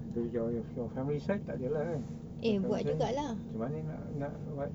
the your your your family side tak ada lah kan macam mana nak buat